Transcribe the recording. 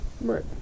Right